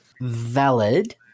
Valid